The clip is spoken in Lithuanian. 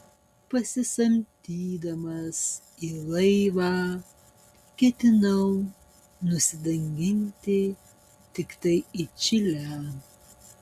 pasisamdydamas į laivą ketinau nusidanginti tiktai į čilę